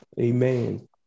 Amen